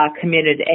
committed